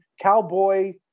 cowboy